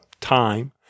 time